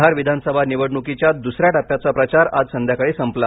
बिहार विधानसभा निवडणुकीच्या दुसऱ्या टप्प्याचा प्रचार आज संध्याकाळी संपला